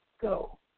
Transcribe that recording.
go